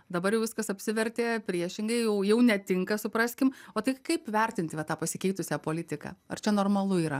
dabar jau viskas apsivertė priešingai jau jau netinka supraskim o tai kaip vertinti va tą pasikeitusią politiką ar čia normalu yra